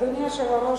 אדוני היושב-ראש,